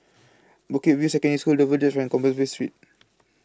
Bukit View Secondary School Dover Drive and Compassvale Street